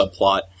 subplot